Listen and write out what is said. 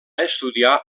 estudiar